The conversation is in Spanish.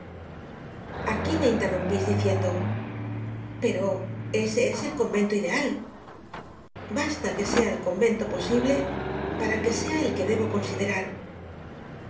aquí me interrumpís diciendo pero ese es el convento ideal basta que sea el convento posible para que sea el que debo considerar